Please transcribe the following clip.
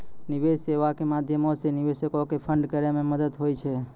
निवेश सेबा के माध्यमो से निवेशको के फंड करै मे मदत होय छै